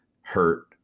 hurt